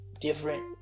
different